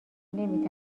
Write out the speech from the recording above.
نمی